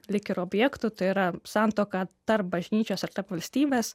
lyg ir objektų tai yra santuoka tarp bažnyčios ir tarp valstybės